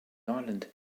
island